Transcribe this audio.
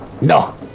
No